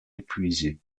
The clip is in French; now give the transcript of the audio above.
épuisé